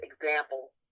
example